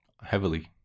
heavily